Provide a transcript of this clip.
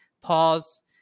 pause